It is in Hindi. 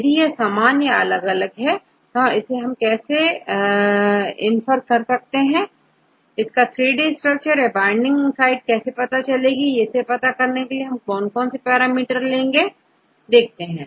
यदि यह समान या अलग अलग है तो इसे कैसे इंफर किया जाएगा इसकी 3D स्ट्रक्चर या बाइंडिंग साइट कैसे पता चलेगी इसे पता करने के लिए कौन से पैरामीटर कैलकुलेट किए जाएंगे